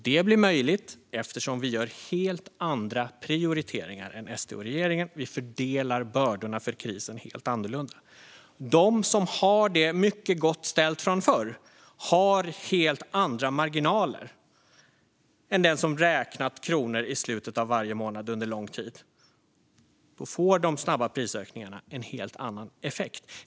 Detta blir möjligt eftersom vi gör helt andra prioriteringar än SD och regeringen och fördelar bördorna för krisen helt annorlunda. Den som har det mycket gott ställt från förr har helt andra marginaler än den som räknat kronor i slutet av varje månad under lång tid, och då får de snabba prisökningarna en helt annan effekt.